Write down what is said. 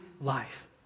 life